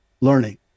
learning